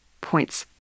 points